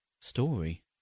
story